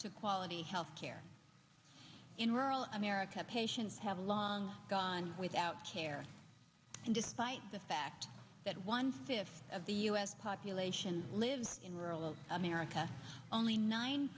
to quality health care in rural america patients have long gone without care and despite the fact that one fifth of the u s population lives in rural america only nine